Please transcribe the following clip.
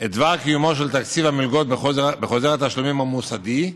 את דבר קיומו של תקציב המלגות בחוזר התשלומים המוסדי,